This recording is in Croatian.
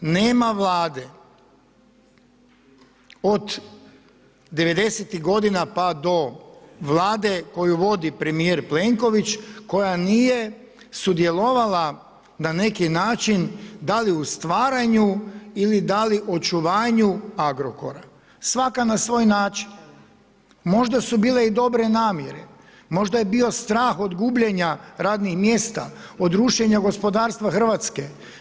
Nema Vlade od '90-tih godina pa do Vlade koju vodi premijer Plenković, koja nije sudjelovala na neki način da li u stvaranju ili da li očuvanju Agrokora, svaka na svoj način. možda su bile i dobre namjere, možda je bio strah od gubljenja radnih mjesta, od rušenja gospodarstva Hrvatske.